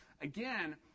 Again